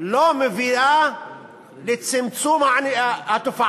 לא מביאה לצמצום התופעה.